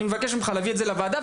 אז אני מבקש ממך להביא את זה לוועדה,